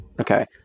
okay